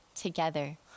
together